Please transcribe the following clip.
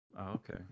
okay